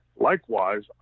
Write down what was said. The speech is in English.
Likewise